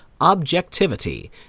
objectivity